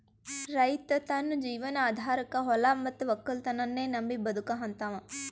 ರೈತ್ ತನ್ನ ಜೀವನ್ ಆಧಾರಕಾ ಹೊಲಾ ಮತ್ತ್ ವಕ್ಕಲತನನ್ನೇ ನಂಬಿ ಬದುಕಹಂತಾವ